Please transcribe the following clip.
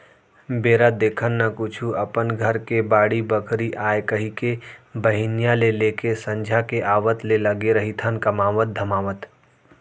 बेरा देखन न कुछु अपन घर के बाड़ी बखरी आय कहिके बिहनिया ले लेके संझा के आवत ले लगे रहिथन कमावत धमावत